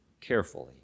carefully